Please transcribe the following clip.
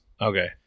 okay